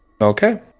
okay